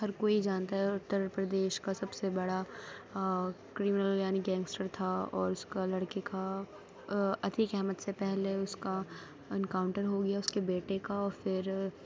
ہر کوئی جانتا ہے اُتّر پردیش کا سب سے بڑا کرمنل یعنی گینگیسٹر تھا اور اُس کا لڑکے کا عتیق احمد سے پہلے اُس کا انکاؤنٹر ہو گیا اُس کے بیٹے کا اور پھر